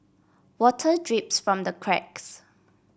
water drips from the cracks